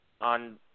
on